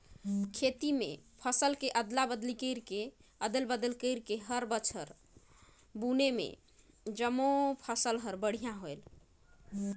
खेत म फसल के अदला बदली करके हर बछर बुने में जमो फसल हर बड़िहा होथे